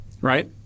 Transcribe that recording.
right